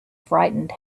frightened